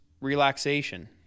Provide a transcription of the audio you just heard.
relaxation